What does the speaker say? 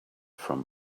from